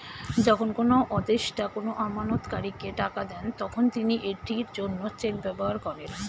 যখন কোনো আদেষ্টা কোনো আমানতকারীকে টাকা দেন, তখন তিনি এটির জন্য চেক ব্যবহার করেন